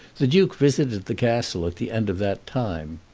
the duke visited the castle at the end of that time.